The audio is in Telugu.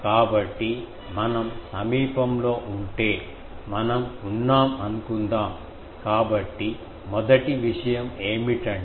కాబట్టి మనం సమీపంలో ఉంటే మనం ఉన్నాం అనుకుందాం కాబట్టి మొదటి విషయం ఏమిటంటే 292